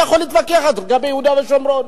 אני יכול להתווכח לגבי יהודה ושומרון,